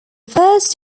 first